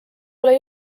ole